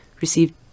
received